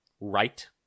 right